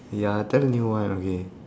ya tell me one okay